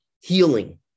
healing